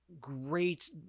great